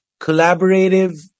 collaborative